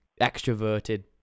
extroverted